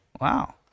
Wow